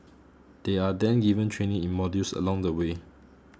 they are then given training in modules along the way